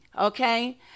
okay